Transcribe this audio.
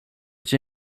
cię